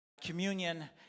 Communion